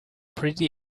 pretty